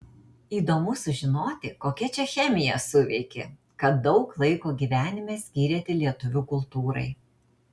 įdomu sužinoti kokia čia chemija suveikė kad daug laiko gyvenime skyrėte lietuvių kultūrai